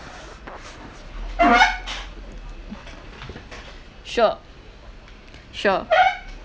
sure sure